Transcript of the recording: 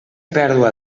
pèrdua